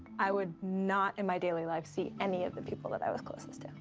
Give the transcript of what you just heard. i would not in my daily life see any of the people that i was closest to.